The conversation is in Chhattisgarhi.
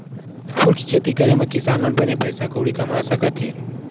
फूल के खेती करे मा किसान मन बने पइसा कउड़ी कमा सकत हे